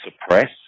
suppress